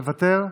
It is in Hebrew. מוותר,